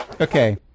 Okay